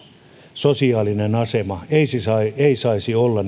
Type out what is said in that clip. sosiaalinen asema eikä saisi olla